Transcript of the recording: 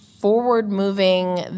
forward-moving